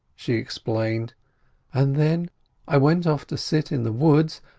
she explained and then i went off to sit in the woods,